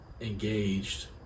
engaged